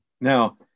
Now